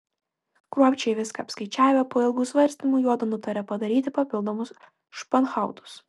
kruopščiai viską apskaičiavę po ilgų svarstymų juodu nutarė padaryti papildomus španhautus